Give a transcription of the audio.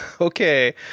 Okay